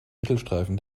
mittelstreifen